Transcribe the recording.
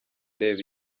reba